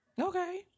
Okay